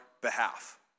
behalf